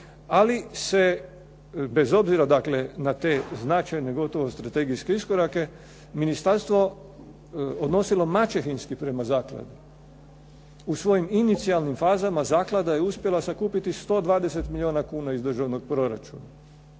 ali se bez obzira dakle na te značajne gotovo strategijske iskorake ministarstvo odnosilo maćehinski prema zakladi. U svojim inicijalnim fazama zaklada je uspjela sakupiti 120 milijuna kuna iz državnog proračuna,